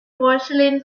porcelain